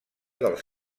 dels